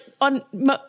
on